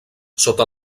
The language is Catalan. sota